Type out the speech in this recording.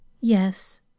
Yes